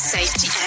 Safety